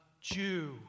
Jew